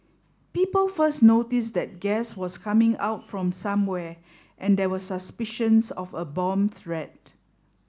people first noticed that gas was coming out from somewhere and there were suspicions of a bomb threat